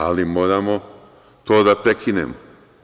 Ali, moramo to da prekinemo.